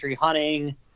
hunting